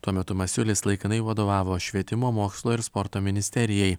tuo metu masiulis laikinai vadovavo švietimo mokslo ir sporto ministerijai